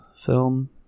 film